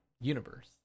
universe